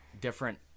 different